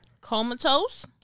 Comatose